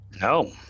No